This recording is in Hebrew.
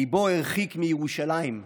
ליבו הרחיק מירושלים,